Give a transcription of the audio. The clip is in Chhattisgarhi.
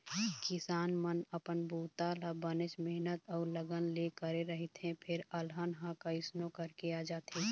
किसान मन अपन बूता ल बनेच मेहनत अउ लगन ले करे रहिथे फेर अलहन ह कइसनो करके आ जाथे